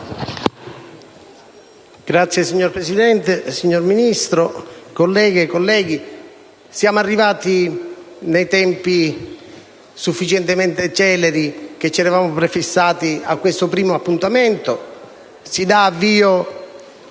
*(GAL)*. Signor Presidente, signor Ministro, colleghe, colleghi, siamo arrivati nei tempi sufficientemente celeri che ci eravamo prefissati a questo primo appuntamento: si dà avvio